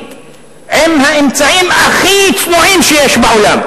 עם האמצעים הכי צנועים שיש בעולם,